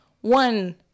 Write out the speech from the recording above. one –